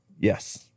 Yes